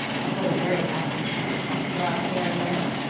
i've led a very active life. knocked about here and there.